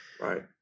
Right